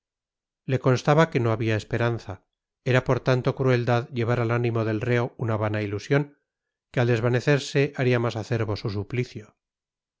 le constaba que no había esperanza era por tanto crueldad llevar al ánimo del reo una vana ilusión que al desvanecerse haría más acerbo su suplicio